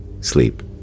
sleep